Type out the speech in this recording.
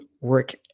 work